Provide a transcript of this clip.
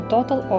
Total